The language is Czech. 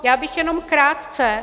Já bych jenom krátce.